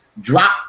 drop